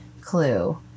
clue